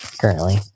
currently